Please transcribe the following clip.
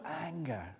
anger